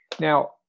Now